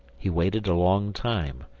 he waited a long time,